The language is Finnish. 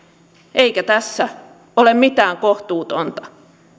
eikä tässä ole mitään kohtuutonta